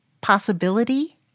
possibility